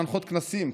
להנחות כנסים.